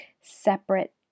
separate